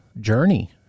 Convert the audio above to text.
journey